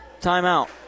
timeout